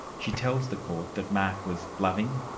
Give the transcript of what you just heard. she tells the court that mark was loving,